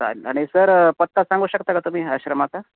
चालेल आणि सर पत्ता सांगू शकता का तुम्ही आश्रमाचा